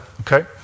okay